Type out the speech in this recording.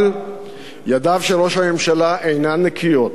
אבל ידיו של ראש הממשלה אינן נקיות,